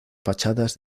fachadas